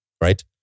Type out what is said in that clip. right